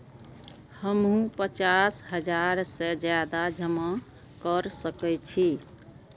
हमू पचास हजार से ज्यादा जमा कर सके छी?